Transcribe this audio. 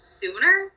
sooner